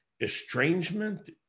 estrangement